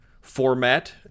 format